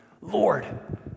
Lord